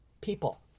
people